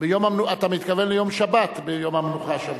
אתה מתכוון ליום שבת ב"יום המנוחה השבועי"